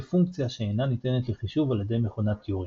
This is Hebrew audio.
פונקציה שאינה ניתנת לחישוב על ידי מכונת טיורינג.